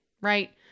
right